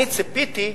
אני ציפיתי,